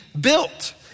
built